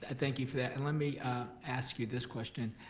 ah thank you for that. and let me ask you this question.